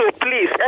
please